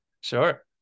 Sure